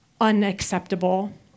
unacceptable